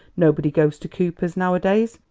nobody goes to cooper's nowadays.